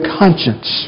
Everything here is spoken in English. conscience